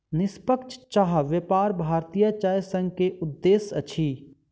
निष्पक्ष चाह व्यापार भारतीय चाय संघ के उद्देश्य अछि